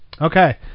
Okay